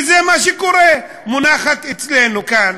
וזה מה שקורה: מונחת אצלנו כאן,